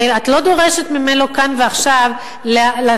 הרי את לא דורשת ממנו כאן ועכשיו לתת